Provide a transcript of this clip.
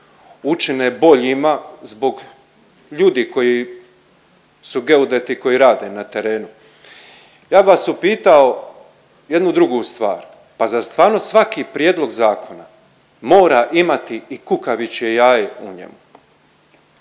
učine boljima zbog ljudi koji su geodeti koji rade na terenu. Ja bi vas upitao jednu drugu stvar. Pa zar stvarno svaki prijedlog zakona mora imati i kukavičje jaje u njemu?